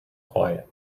quiet